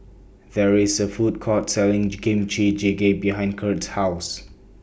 There IS A Food Court Selling Kimchi Jjigae behind Curt's House